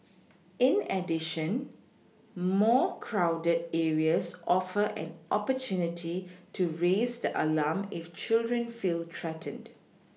in addition more crowded areas offer an opportunity to raise the alarm if children feel threatened